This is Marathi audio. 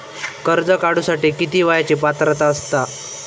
कर्ज काढूसाठी किती वयाची पात्रता असता?